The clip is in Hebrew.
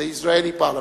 the Israeli parliament.